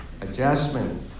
adjustment